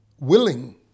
willing